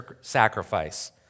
sacrifice